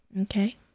Okay